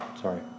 Sorry